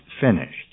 finished